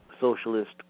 socialist